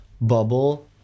bubble